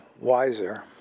wiser